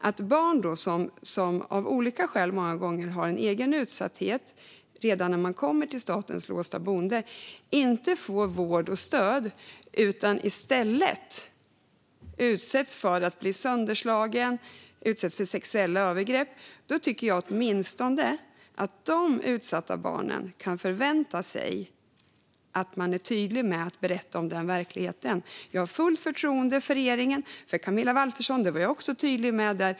När barn som av olika skäl många gånger har en egen utsatthet redan när de kommer till statens låsta boende inte får vård och stöd utan i stället blir sönderslagna och utsätts för sexuella övergrepp, då tycker jag åtminstone att dessa utsatta barn kan förvänta sig att man är tydlig med att berätta om den verkligheten. Jag har fullt förtroende för regeringen och för Camilla Waltersson Grönvall, vilket jag också var tydlig med.